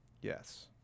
Yes